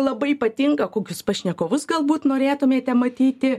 labai patinka kokius pašnekovus galbūt norėtumėte matyti